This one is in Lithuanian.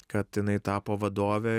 kad jinai tapo vadove